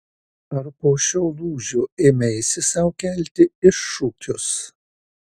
ar po šio lūžio ėmeisi sau kelti iššūkius